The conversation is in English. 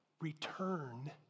return